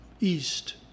East